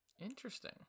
interesting